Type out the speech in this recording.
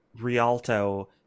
Rialto